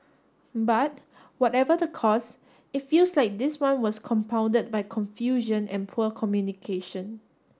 but whatever the cause it feels like this one was compounded by confusion and poor communication